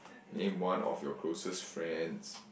name one of your closest friends